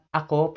ako